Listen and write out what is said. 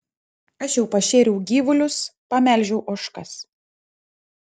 aš jau pašėriau gyvulius pamelžiau ožkas